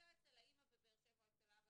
נמצא אצל האימא בבאר שבע או אצל האבא,